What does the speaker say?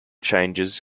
changes